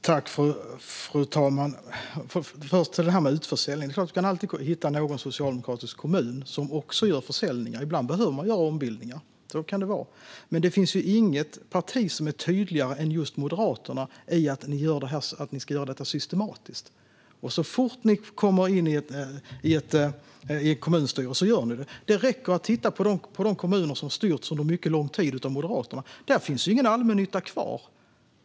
Fru talman! När det gäller utförsäljning är det klart att du alltid kan hitta någon socialdemokratisk kommun som också gör försäljningar. Ibland behöver man göra ombildningar; så kan det vara. Men det finns inget parti som är tydligare än just Moderaterna med att detta ska göras systematiskt. Så fort ni kommer in i en kommunstyrelse gör ni det. Det räcker att titta på de kommuner som under mycket lång tid styrts av Moderaterna. Där finns ingen allmännytta kvar.